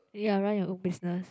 ya run your own business